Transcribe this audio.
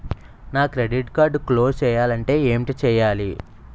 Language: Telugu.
నా క్రెడిట్ కార్డ్ క్లోజ్ చేయాలంటే ఏంటి చేయాలి?